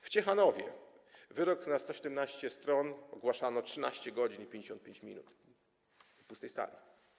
W Ciechanowie wyrok mający 117 stron ogłaszano 13 godzin i 55 minut w pustej sali.